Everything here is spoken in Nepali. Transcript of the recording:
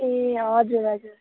ए हजुर हजुर